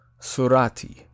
Surati